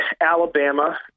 Alabama